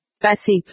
Passive